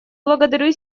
благодарю